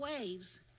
waves